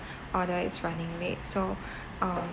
order is running late so um